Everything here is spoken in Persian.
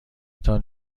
تان